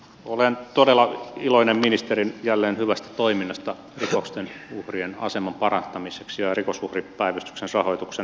olen todella iloinen ministerin jälleen hyvästä toiminnasta rikosten uhrien aseman parantamiseksi ja rikosuhripäivystyksen rahoituksen lisäämiseksi